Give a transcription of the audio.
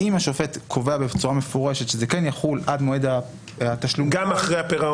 אם השופט קובע בצורה מפורשת שזה כן יחול עד מועד התשלום בפועל,